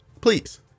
please